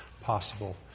possible